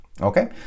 okay